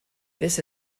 this